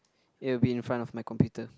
it'll be in front of my computer